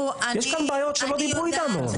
יש כאן בעיות שלא דיברו איתנו עליהן.